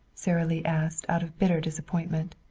sara lee asked out of bitter disappointment.